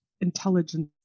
intelligence